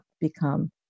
become